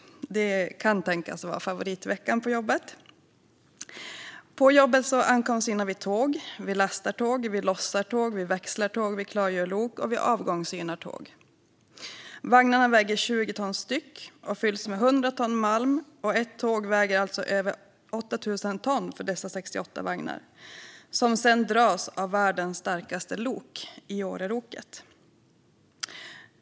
Det kan tänkas vara favoritveckan på jobbet. På jobbet ankomstsynar vi tåg, vi lastar tåg, vi lossar tåg, vi växlar tåg, vi klargör lok och vi avgångssynar tåg. Vagnarna väger 20 ton styck och fylls med 100 ton malm. Ett tåg väger alltså över 8 000 ton för dessa 68 vagnar - som sedan dras av världens starkaste ellok, Iore.